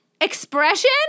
Expression